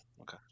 okay